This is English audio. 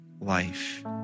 life